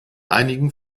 einigen